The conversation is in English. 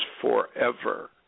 forever